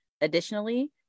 Additionally